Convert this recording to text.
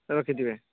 ରଖିଥିବେ